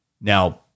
Now